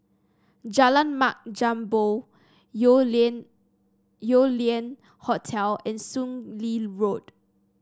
Jalan Mat Jambol Yew Lian Yew Lian Hotel and Soon Lee Road